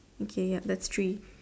okay ya that's three